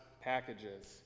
packages